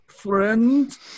friend